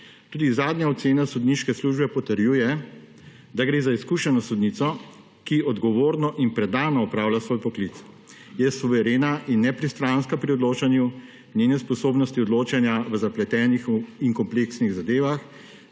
Tudi zadnje ocena sodniške službe potrjuje, da gre za izkušeno sodnico, ki odgovorno in predano opravlja svoj poklic. Je suverena in nepristranska pri odločanju, njene sposobnosti odločanja v zapletenih in kompleksnih zadevah,